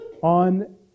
on